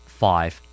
five